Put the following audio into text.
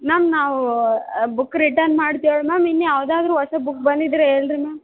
ma'am ನಾವು book return ಮಾಡ್ತೇವೆ ma'am ಇನ್ಯಾವುದಾದ್ರು ಹೊಸ ಬುಕ್ ಬಂದಿದ್ದರೆ ಹೇಳ್ ರೀ ಮ್ಯಾಮ್